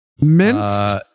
Minced